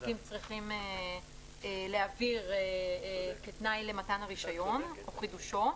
שהספקים צריכים להעביר כתנאי למתן הרישיון או חידושו,